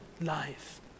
life